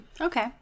Okay